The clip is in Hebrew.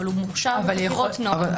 אבל הוא מוכשר בחקירות נוער.